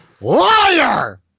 liar